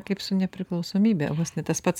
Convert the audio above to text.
kaip su nepriklausomybe vos ne tas pats